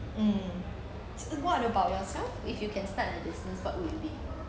mm so what about yourself if you can start a business what would it be